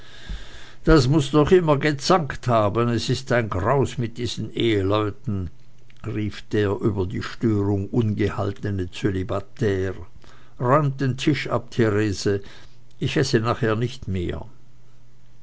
das muß doch immer gezankt haben es ist ein graus mit diesen eheleuten rief der über die störung ungehaltene zölibatär räumt den tisch ab therese ich esse nachher nicht mehr